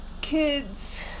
kids